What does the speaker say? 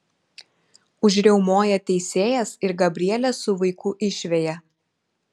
užriaumoja teisėjas ir gabrielę su vaiku išveja